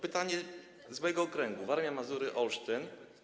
Pytanie z mojego okręgu: Warmia, Mazury, Olsztyn.